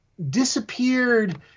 disappeared